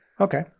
Okay